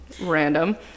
Random